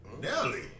Nelly